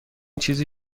چیزی